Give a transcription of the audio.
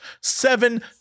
seven